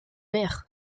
maire